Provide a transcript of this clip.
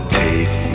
take